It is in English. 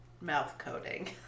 mouth-coating